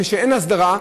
כשאין הסדרה,